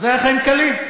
אז היו חיים קלים.